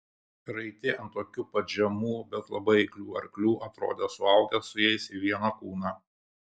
raiti ant tokių pat žemų bet labai eiklių arklių atrodė suaugę su jais į vieną kūną